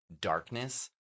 darkness